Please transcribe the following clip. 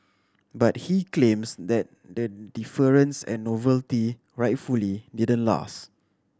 but he claims that the deference and novelty rightfully didn't last